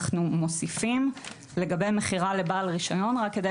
אנחנו מוסיפים לגבי מכירה לבעל רישיון רק כדי